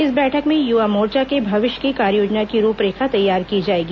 इस बैठक में यूवा मोर्चा के भविष्य की कार्ययोजना की रूपरेखा तैयार की जाएगी